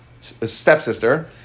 stepsister